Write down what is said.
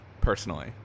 personally